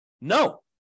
No